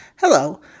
Hello